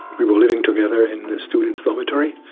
we were living together in the student's dormitory.